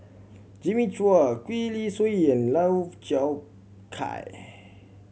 Jimmy Chua Gwee Li Sui and Lau Chiap Khai